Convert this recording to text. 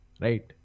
right